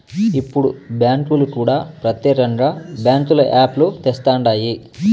ఇప్పుడు బ్యాంకులు కూడా ప్రత్యేకంగా బ్యాంకుల యాప్ లు తెస్తండాయి